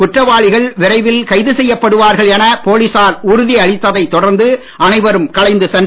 குற்றவாளிகள் விரைவில் கைது செய்யப்படுவார்கள் என போலீசார் உறுதி அளித்ததைத் தொடர்ந்து அனைவரும் கலைந்து சென்றனர்